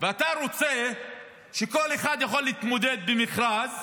ואתה רוצה שכל אחד יוכל להתמודד במכרז